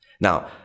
Now